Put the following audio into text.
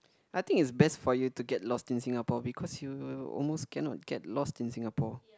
I think it's best for you to get lost in Singapore because you almost cannot get lost in Singapore